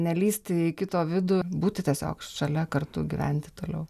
nelįsti į kito vidų būti tiesiog šalia kartu gyventi toliau